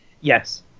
Yes